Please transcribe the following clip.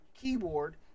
keyboard